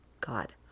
God